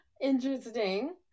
Interesting